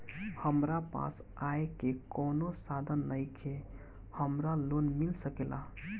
हमरा पास आय के कवनो साधन नईखे हमरा लोन मिल सकेला?